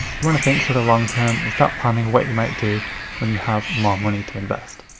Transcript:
you wanna think for the long-term and start planning what you might do when you have more money to invest.